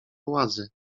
władzy